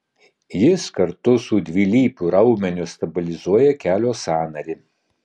jis kartu su dvilypiu raumeniu stabilizuoja kelio sąnarį